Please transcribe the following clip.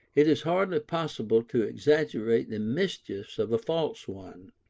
it is hardly possible to exaggerate the mischiefs of a false one.